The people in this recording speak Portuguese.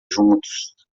juntos